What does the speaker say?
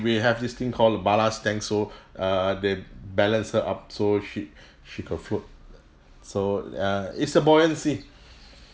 we have this thing called ballast tanks so err they balance her up so she she could float so uh it's a buoyancy